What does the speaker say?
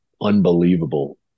unbelievable